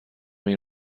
این